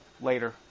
later